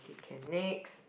can next